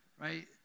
right